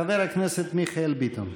חבר הכנסת מיכאל ביטון.